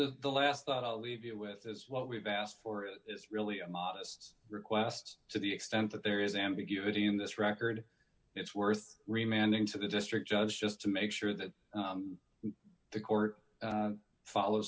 the the last thought i'll leave you with as what we've asked for it is really a modest request to the extent that there is ambiguity in this record it's worth reminding to the district judge just to make sure that the court follow